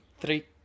three